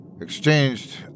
exchanged